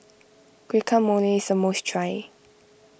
Guacamole is a must try